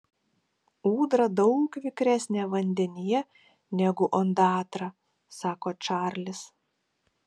ūdra daug vikresnė vandenyje negu ondatra sako čarlis